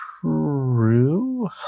true